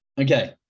okay